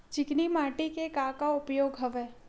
चिकनी माटी के का का उपयोग हवय?